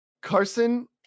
Carson